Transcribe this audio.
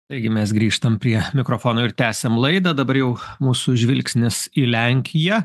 taigi mes grįžtam prie mikrofono ir tęsiam laidą dabar jau mūsų žvilgsnis į lenkiją